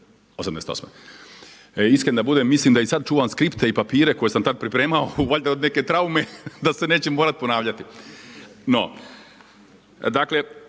'88. Iskren da budem, mislim da i sad čuvam skripte i papire koje sam tada pripremao valjda od neke traume da se neće morati ponavljati. No, dakle,